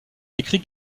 écrit